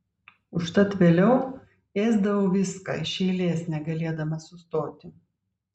užtat vėliau ėsdavau viską iš eilės negalėdama sustoti